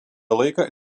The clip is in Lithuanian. laiką